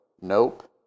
nope